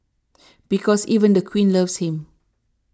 because even the queen loves him